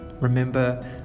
Remember